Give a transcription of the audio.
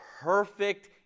perfect